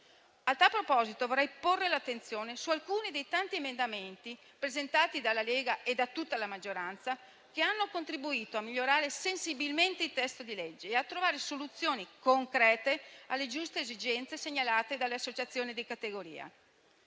proposito vorrei porre l'attenzione su alcuni dei tanti emendamenti presentati dalla Lega e da tutta la maggioranza, che hanno contribuito a migliorare sensibilmente il testo di legge e a trovare soluzioni concrete alle giuste esigenze segnalate dalle associazioni di categoria.